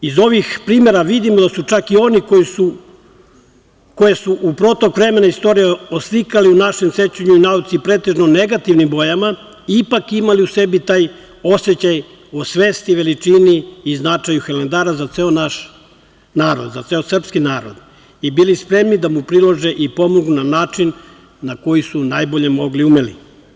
Iz ovih primera vidimo da su čak i oni, koje su u protok vremena istorije oslikali u našem sećanju i nauci pretežno negativnim bojama, ipak imali u sebi taj osećaj o svesti, veličini i značaju Hilandara za ceo naš narod, za ceo srpski narod, i bili spremni da mu prilože i pomognu na način na koji su najbolje mogli i umeli.